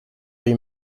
you